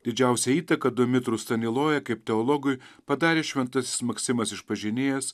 didžiausią įtaką domitru stanilojai kaip teologui padarė šventasis maksimas išpažinėjas